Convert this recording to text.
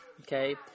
Okay